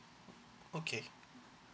okay